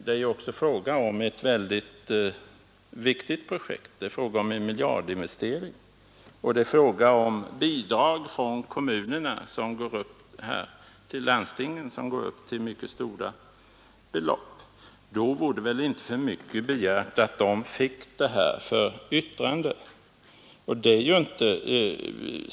Det är också fråga om ett mycket viktigt projekt — det är en miljardinvestering — och det är fråga om bidrag från landstingen som uppgår till t att de fick ärendet för yttrande.